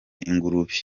ingurube